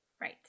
right